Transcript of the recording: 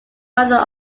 rather